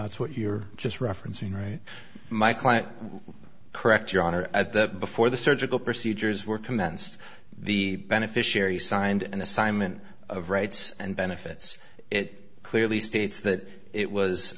that's what you are just referencing right my client correct your honor at the before the surgical procedures were commenced the beneficiary signed an assignment of rights and benefits it clearly states that it was